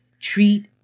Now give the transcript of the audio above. treat